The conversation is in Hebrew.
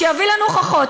שיביא לנו הוכחות,